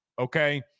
Okay